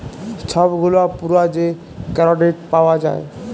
ছব গুলা পুরা যে কেরডিট পাউয়া যায়